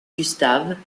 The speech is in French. gustave